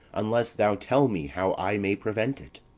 unless thou tell me how i may prevent it.